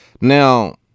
now